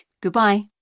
Goodbye